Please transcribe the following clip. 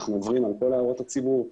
אנחנו עוברים על כל הערות הציבור,